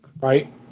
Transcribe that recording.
Right